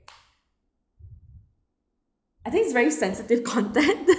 I think it's very sensitive content